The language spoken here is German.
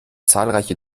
zahlreiche